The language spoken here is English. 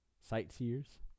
sightseers